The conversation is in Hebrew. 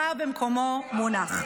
כבודך במקומו מונח.